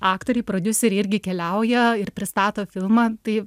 aktoriai prodiuseriai irgi keliauja ir pristato filmą tai